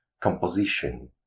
composition